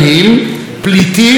או "מהגרי עבודה".